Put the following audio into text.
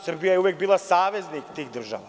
Srbija je uvek bila saveznik tih država.